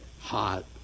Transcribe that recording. hot